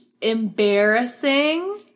Embarrassing